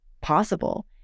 possible